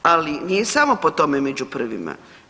Ali nije samo po tome među prvima.